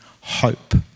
hope